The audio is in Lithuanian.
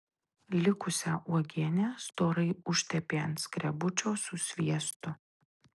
likusią uogienę storai užtepė ant skrebučio su sviestu